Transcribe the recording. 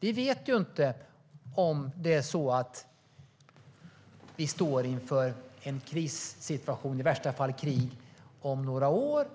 Vi vet ju inte om vi står inför en krissituation och i värsta fall krig om några år,